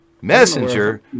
Messenger